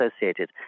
associated